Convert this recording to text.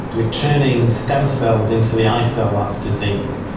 we're turning stem cells into the eye cell that's diseased.